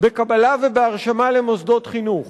בקבלה ובהרשמה למוסדות חינוך.